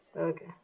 Okay